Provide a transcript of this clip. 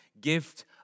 gift